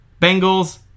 Bengals